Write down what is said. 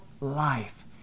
life